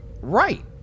right